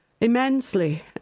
Immensely